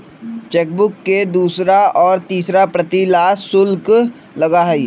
chequebook के दूसरा और तीसरा प्रति ला शुल्क लगा हई